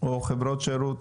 או חברות שירות?